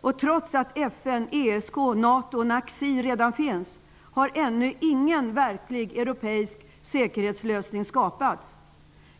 och trots att FN, ESK, NATO och NACC redan finns har ännu ingen verklig europeisk säkerhetslösning skapats.